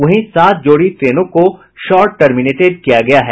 वहीं सात जोड़ी ट्रेनों को शार्ट टर्मिनेटेड किया गया है